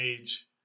age